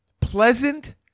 pleasant